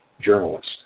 journalist